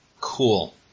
Cool